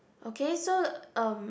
okay so um